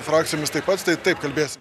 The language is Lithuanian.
frakcijomis taip pat tai taip kalbėsim